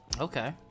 okay